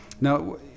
Now